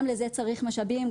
גם לזה צריך משאבים,